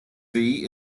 fee